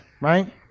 right